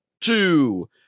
two